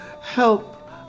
help